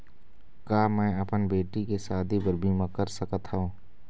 का मैं अपन बेटी के शादी बर बीमा कर सकत हव?